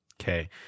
Okay